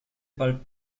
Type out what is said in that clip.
bald